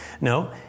No